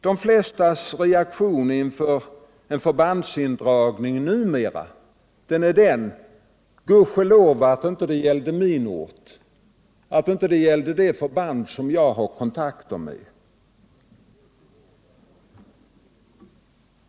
De flestas reaktion inför förbandsindragningar är numera denna: Gudskelov att det inte gäller min hemort och det förband som jag har kontakt med.